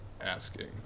asking